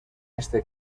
este